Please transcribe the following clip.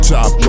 Top